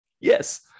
Yes